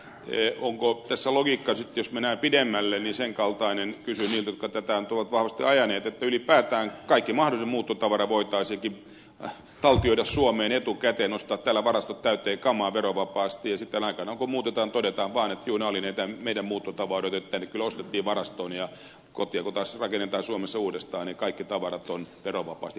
onko tässä logiikka sitten jos mennään pidemmälle sen kaltainen kysyn niiltä jotka tätä ovat vahvasti ajaneet että ylipäätään kaikki mahdollinen muuttotavara voitaisiinkin taltioida suomeen etukäteen ostaa täällä varastot täyteen kamaa verovapaasti ja sitten aikanaan kun muutetaan todetaan vaan että juu nämä olivat näitä meidän muuttotavaroita että tänne kyllä ostettiin varastoon ja kotia kun taas rakennetaan suomessa uudestaan niin kaikki tavarat ovat verovapaasti hankittuja